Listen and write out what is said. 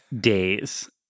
days